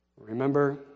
Remember